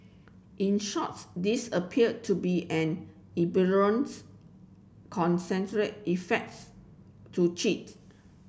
in shorts this appeared to be an effects to cheat